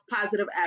positive